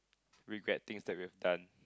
regret things that we've done